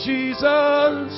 Jesus